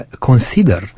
consider